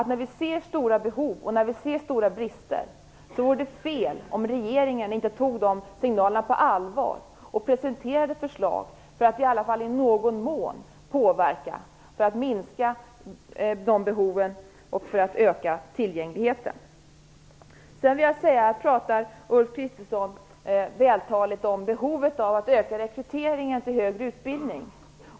När vi ser stora brister och behov vore det fel om regeringen inte tog signalerna på allvar och presenterade förslag för att i alla fall i någon mån påverka, minska behoven och öka tillgängligheten. Ulf Kristersson uttryckte sig vältaligt om behovet av att öka rekryteringen till högre utbildning.